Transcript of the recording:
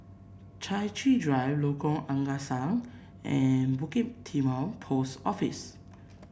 Chai Chee Drive Lengkok Angsa and Bukit Timah Post Office